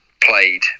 played